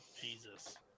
Jesus